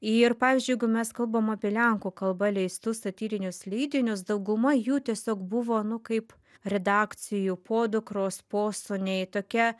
ir pavyzdžiui jeigu mes kalbam apie lenkų kalba leistus satyrinius leidinius dauguma jų tiesiog buvo nu kaip redakcijų podukros posūniai tokia